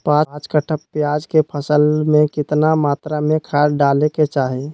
पांच कट्ठा प्याज के फसल में कितना मात्रा में खाद डाले के चाही?